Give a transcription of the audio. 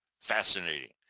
fascinating